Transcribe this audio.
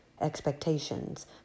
expectations